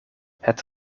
het